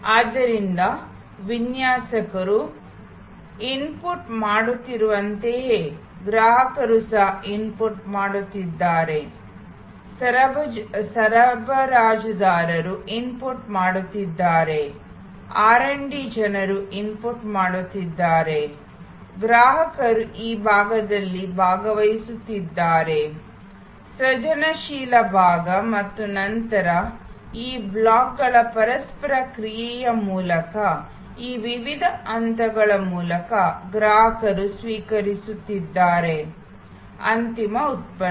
ಆದ್ದರಿಂದ ವಿನ್ಯಾಸಕರು ಇನ್ಪುಟ್ ಮಾಡುತ್ತಿರುವಂತೆಯೇ ಗ್ರಾಹಕರು ಸಹ ಇನ್ಪುಟ್ ಮಾಡುತ್ತಿದ್ದಾರೆ ಸರಬರಾಜುದಾರರು ಇನ್ಪುಟ್ ಮಾಡುತ್ತಿದ್ದಾರೆ ಆರ್ ಡಿ RD ಜನರು ಇನ್ಪುಟ್ ಮಾಡುತ್ತಿದ್ದಾರೆ ಗ್ರಾಹಕರು ಈ ಭಾಗದಲ್ಲಿ ಭಾಗವಹಿಸುತ್ತಿದ್ದಾರೆ ಸೃಜನಶೀಲ ಭಾಗ ಮತ್ತು ನಂತರ ಈ ಬ್ಲಾಕ್ಗಳ ಪರಸ್ಪರ ಕ್ರಿಯೆಯ ಮೂಲಕ ಈ ವಿವಿಧ ಹಂತಗಳ ಮೂಲಕ ಗ್ರಾಹಕರು ಸ್ವೀಕರಿಸುತ್ತಿದ್ದಾರೆ ಅಂತಿಮ ಉತ್ಪನ್ನ